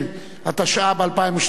התשע"ב 2012,